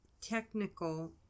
technical